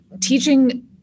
teaching